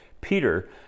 Peter